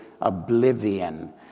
oblivion